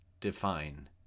define